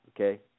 okay